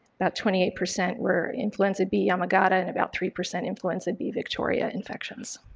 about twenty eight percent were influenza b yamagata, and about three percent influenza b victoria infections.